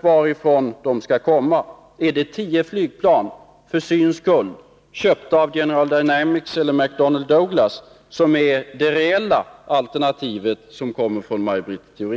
varifrån de skall komma. Är det tio flygplan för syns skull, köpta av General Dynamics eller Mc donnel Douglas som är det reella alternativet för fru Theorin?